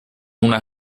una